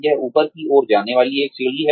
यह ऊपर की ओर जाने वाली एक सीढ़ी है